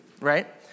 Right